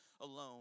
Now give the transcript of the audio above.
alone